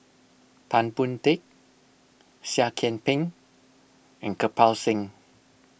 Tan Boon Teik Seah Kian Peng and Kirpal Singh